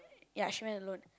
ya she went alone